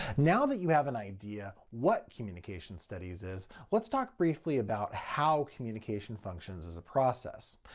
now that you have an idea what communication studies is, lets talk briefly about how communication functions as a process.